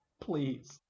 Please